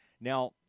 Now